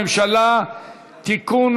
הממשלה (תיקון,